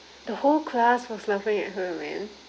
the whole class was laughing at her man